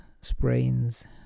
sprains